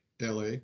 LA